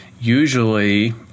Usually